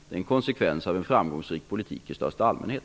Det är en konsekvens av en framgångsrik politik i största allmänhet.